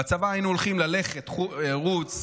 בצבא היינו הולכים, לכת, רוץ,